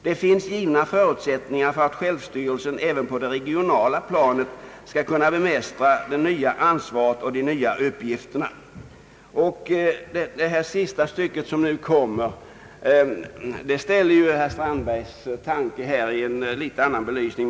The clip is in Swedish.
Det finns givna förutsättningar för att självstyrelsen även på det regionala planet skall kunna bemästra det nya ansvaret och de nya uppgifterna.» Det sista stycket, som jag nu vill citera, ställer herr Strandbergs uppfattning i en annan belysning.